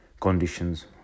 conditions